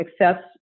access